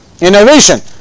innovation